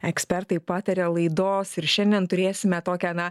ekspertai pataria laidos ir šiandien turėsime tokią na